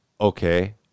okay